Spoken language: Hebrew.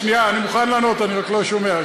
שנייה, אני מוכן לענות, אני רק לא שומע.